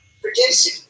producing